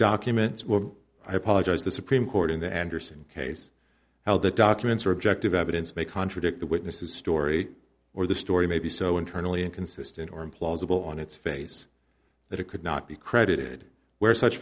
documents were i apologize the supreme court in the andersen case how the documents are objective evidence may contradict the witness a story or the story maybe so internally inconsistent or implausible on its face that it could not be credited where such